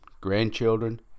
grandchildren